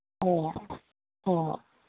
ꯑꯣ ꯑꯣ